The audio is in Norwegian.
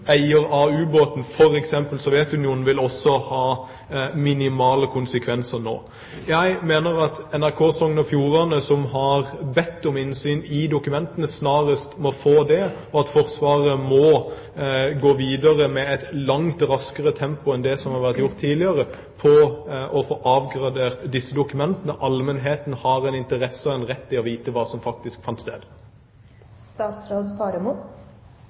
vil også ha minimale konsekvenser nå. Jeg mener at NRK Sogn og Fjordane, som har bedt om innsyn i dokumentene, snarest må få det, og at Forsvaret må gå videre i et langt raskere tempo enn det som har vært gjort tidligere, for å få avgradert disse dokumentene. Allmennheten har interesse av og rett til å vite hva som faktisk fant